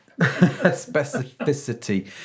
specificity